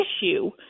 issue